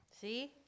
See